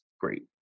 great